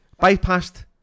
Bypassed